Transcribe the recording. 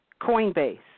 Coinbase